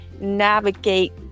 Navigate